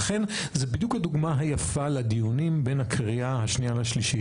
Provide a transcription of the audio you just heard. ולכן זה בדיוק הדוגמה היפה לדיונים בין הקריאה השנייה לשלישית.